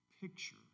picture